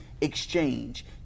exchange